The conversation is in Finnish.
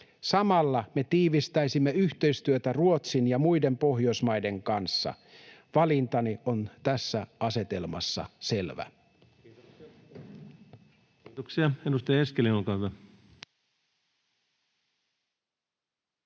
Samalla me tiivistäisimme yhteistyötä Ruotsin ja muiden Pohjoismaiden kanssa. Valintani on tässä asetelmassa selvä.